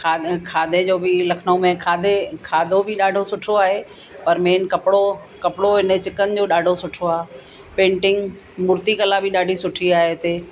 खाद खाधे जो बि लखनऊ में खाधे खाधो बि ॾाढो सुठो आहे और मेन कपिड़ो कपिड़ो इन चिकन जो ॾाढो सुठो आहे पेंटिंग मूर्तिकला जी ॾाढी सुठी आहे हिते